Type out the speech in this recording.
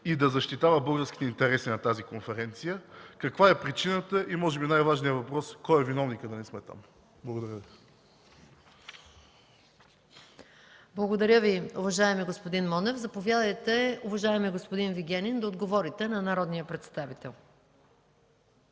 и да защитава българските интереси на тази конференция? Каква е причината? И може би най-важният въпрос: кой е виновникът да не сме там? Благодаря Ви. ПРЕДСЕДАТЕЛ МАЯ МАНОЛОВА: Благодаря Ви, уважаеми господин Монев. Заповядайте, уважаеми господин Вигенин, да отговорите на народния представител.